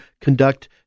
conduct